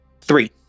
Three